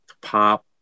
pop